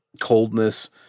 coldness